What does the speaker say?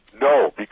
No